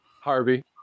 Harvey